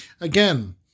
Again